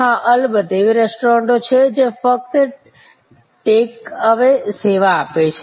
હા અલબત્ત એવી રેસ્ટોરન્ટ્સ છે જે ફક્ત ટેક અવે સેવા આપે છે